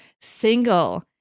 single